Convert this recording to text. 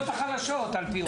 --- השכבות החלשות, על-פי רוב.